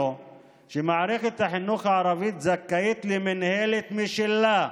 שמערכת החינוך הערבית זכאית למינהלת משלה,